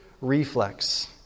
reflex